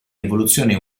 rivoluzione